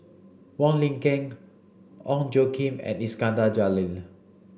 Wong Lin Ken Ong Tjoe Kim and Iskandar Jalil